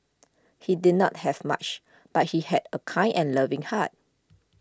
he did not have much but he had a kind and loving heart